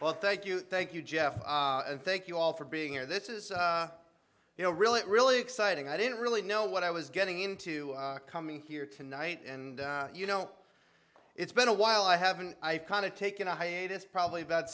well thank you thank you jeff thank you all for being here this is you know really really exciting i didn't really know what i was getting into coming here tonight and you know it's been a while i haven't i kind of taken a hiatus probably about